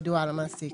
ידועה למעסיק".